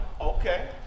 Okay